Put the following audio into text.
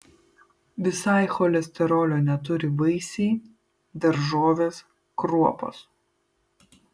visai cholesterolio neturi vaisiai daržovės kruopos